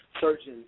surgeons